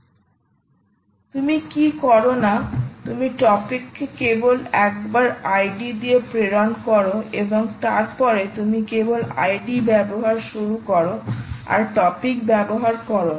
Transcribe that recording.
তুমি কি করো না তুমি টপিকে কেবল একবার আইডি দিয়ে প্রেরণ করো এবং তারপরে তুমি কেবল আইডি ব্যবহার শুরু করো আর টপিক ব্যবহার করো না